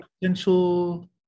potential